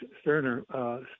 Sterner